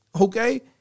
okay